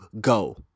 go